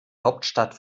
hauptstadt